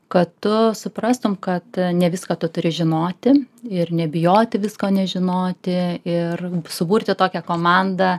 kad tu suprastum kad ne viską tu turi žinoti ir nebijoti visko nežinoti ir suburti tokią komandą